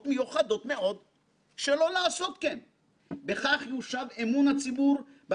אמון שנפגע קשות בשל "הנחות החברים" וה"סגירוֹת מאחורי הקלעים"